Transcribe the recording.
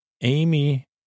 Amy